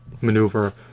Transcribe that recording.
maneuver